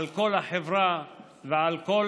על כל החברה ועל כל